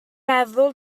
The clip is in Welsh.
meddwl